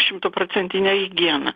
šimtaprocentinę higieną